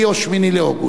או ב-7 או ב-8 באוגוסט.